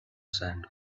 sand